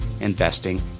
investing